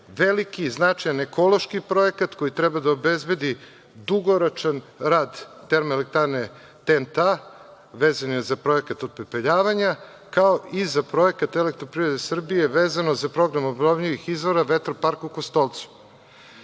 veliki i značajan ekološki projekat koji treba da obezbedi dugoročan rad Termoelektrane TENT A, vezan je za projekat opepeljavanja, kao i za projekat Elektroprivrede Srbije vezano za program obnovljivih izvora Vetropark u Kostolcu.I